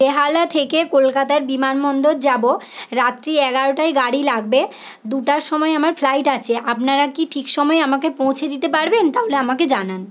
বেহালা থেকে কলকাতার বিমানবন্দর যাব রাত্রি এগারোটায় গাড়ি লাগবে দুটার সময় আমার ফ্লাইট আছে আপনারা কি ঠিক সময়ে আমাকে পৌঁছে দিতে পারবেন তাহলে আমাকে জানান